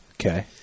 Okay